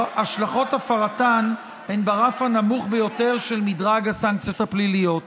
השלכות הפרתן הן ברף הנמוך ביותר של מדרג הסנקציות הפליליות.